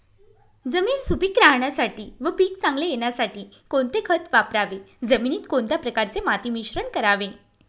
जमीन सुपिक राहण्यासाठी व पीक चांगले येण्यासाठी कोणते खत वापरावे? जमिनीत कोणत्या प्रकारचे माती मिश्रण करावे?